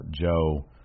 Joe